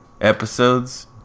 episodes